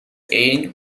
één